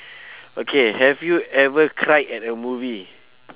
okay have you ever cried at a movie